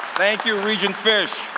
thank you, regent fish.